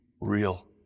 real